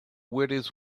weirdest